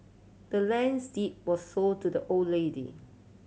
the land's deed was sold to the old lady